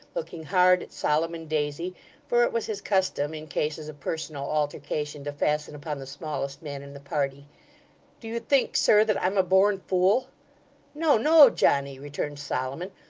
looking hard at solomon daisy for it was his custom in cases of personal altercation to fasten upon the smallest man in the party do you think, sir, that i'm a born fool no, no, johnny returned solomon,